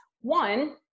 One